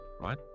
right